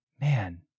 man